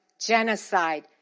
genocide